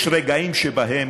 יש רגעים שבהם,